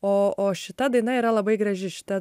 o o šita daina yra labai graži šita